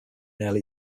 early